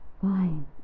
Fine